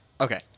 Okay